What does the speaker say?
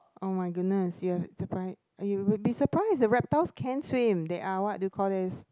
oh my goodness you have surprised you will be surprised that reptiles can swim they are what do you call this